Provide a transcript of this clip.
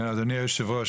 אדוני היושב ראש,